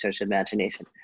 imagination